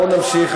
בואו נמשיך.